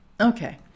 Okay